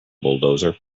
bulldozer